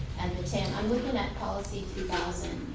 and the ten. i'm looking at policy two thousand.